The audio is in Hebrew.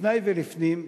לפני ולפנים,